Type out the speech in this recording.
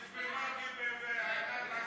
בשביל מרגי, בעיניים עצומות.